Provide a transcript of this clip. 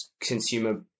consumer